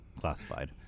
classified